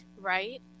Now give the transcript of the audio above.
right